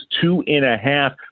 two-and-a-half